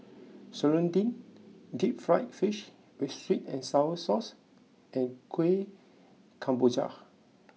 Serunding Deep Fried Fish with Sweet and Sour Sauce and Kueh Kemboja